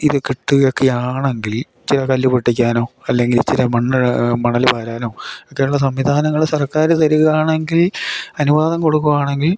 ഇത് കിട്ടുകയൊക്കെ ആണെങ്കിൽ ചില കല്ല് പൊട്ടിക്കാനോ അല്ലെങ്കിൽ ചില മണ്ണ് മണൽ വാരാനോ ഒക്കെയുള്ള സംവിധാനങ്ങൾ സർക്കാർ തരുകയാണെങ്കിൽ അനുവാദം കൊടുക്കുക ആണെങ്കിൽ